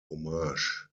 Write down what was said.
homage